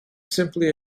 simply